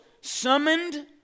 summoned